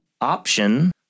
option